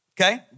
okay